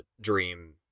dream